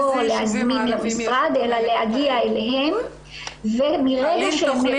לא להזמין למשרד אלא להגיע אליהם --- האם תוכלי